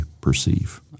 perceive